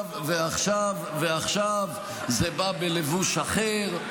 עכשיו זה בא בלבוש אחר.